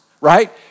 right